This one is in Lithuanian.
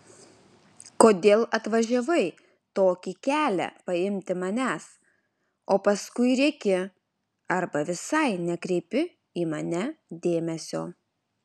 kodėl atvažiavai tokį kelią paimti manęs o paskui rėki arba visai nekreipi į mane dėmesio